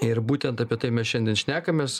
ir būtent apie tai mes šiandien šnekamės